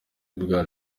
bwa